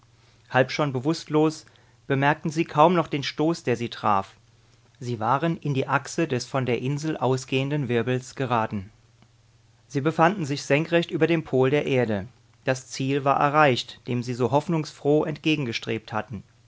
halb schon bewußtlos bemerkten sie kaum noch den stoß der sie traf sie waren in die achse des von der insel ausgehenden wirbels geraten sie befanden sich senkrecht über dem pol der erde das ziel war erreicht dem sie so hoffnungsfroh entgegengestrebt hatten